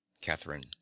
Catherine